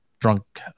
drunk